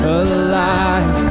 alive